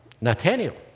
Nathaniel